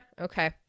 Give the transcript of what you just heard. Okay